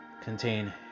contain